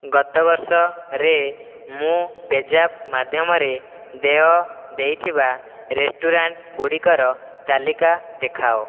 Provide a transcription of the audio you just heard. ଗତବର୍ଷରେ ମୁଁ ପେଜାପ୍ ମାଧ୍ୟମରେ ଦେୟ ଦେଇଥିବା ରେଷ୍ଟୁରାଣ୍ଟ୍ ଗୁଡ଼ିକର ତାଲିକା ଦେଖାଅ